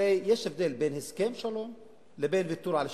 הרי יש הבדל בין הסכם שלום לבין ויתור על שטחים.